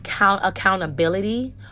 accountability